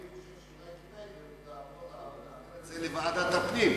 אני חושב שאולי כדאי להביא את זה לדיון בוועדת הפנים.